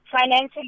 financially